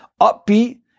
upbeat